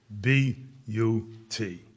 B-U-T